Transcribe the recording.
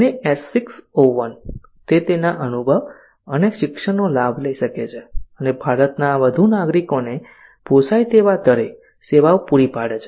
અને S6 O1 તે તેના અનુભવ અને શિક્ષણનો લાભ લઈ શકે છે અને ભારતના વધુ નાગરિકોને પોસાય તેવા દરે સેવાઓ પૂરી પાડે છે